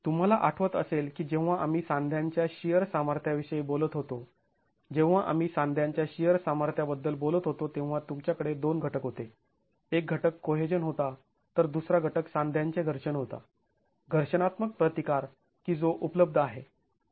तुम्हाला आठवत असेल की जेव्हा आम्ही सांध्यांच्या शिअर सामर्थ्या विषयी बोलत होतो जेव्हा आम्ही सांध्यांच्या शिअर सामर्थ्याबद्दल बोलत होतो तेव्हा तुमच्याकडे दोन घटक होते एक घटक कोहेजन होता तर दुसरा घटक सांध्यांचे घर्षण होता घर्षणात्मक प्रतिकार की जो उपलब्ध आहे